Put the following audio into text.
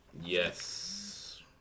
Yes